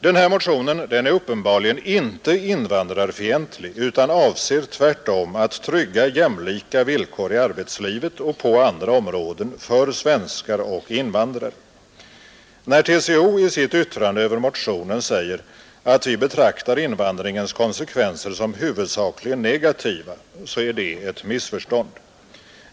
Den här motionen är uppenbarligen inte invandrarfientlig utan avser tvärtom att trygga jämlika villkor i arbetslivet och på andra områden för svenskar och invandrare. När TCO i sitt yttrande över motionen säger att vi betraktar invandringens konsekvenser som huvudsakligen negativa, så är det ett missförstånd.